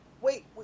Wait